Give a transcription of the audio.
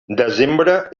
desembre